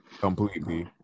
completely